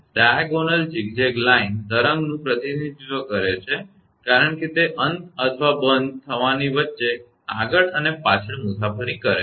વિકર્ણ zigzag line તરંગનું પ્રતિનિધિત્વ કરે છે કારણ કે તે અંત અથવા બંધ થવાની વચ્ચે આગળ અને પાછળ મુસાફરી કરે છે